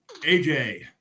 AJ